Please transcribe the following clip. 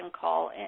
call